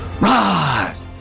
rise